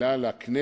וממילא לכנסת,